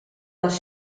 les